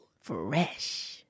Fresh